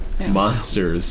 Monsters